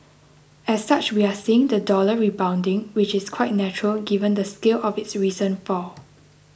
as such we are seeing the dollar rebounding which is quite natural given the scale of its recent fall